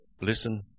listen